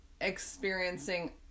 experiencing